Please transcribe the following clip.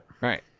Right